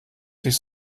sich